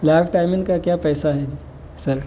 life timing کا کیا پیسہ ہے جی سر